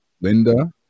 Linda